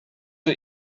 are